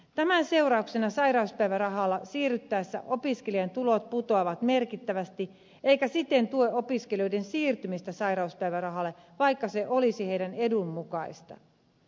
tämän seurauksena sairauspäivärahalle siirryttäessä opiskelijan tulot putoavat merkittävästi eikä esitys siten tue opiskelijoiden siirtymistä sairauspäivärahalle vaikka se olisi heidän etunsa mukaista